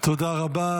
תודה רבה.